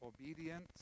obedience